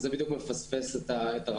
זה בדיוק מפספס את הרעיון,